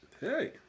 Hey